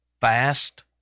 fast